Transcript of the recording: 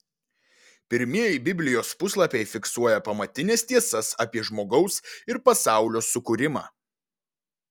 pirmieji biblijos puslapiai fiksuoja pamatines tiesas apie žmogaus ir pasaulio sukūrimą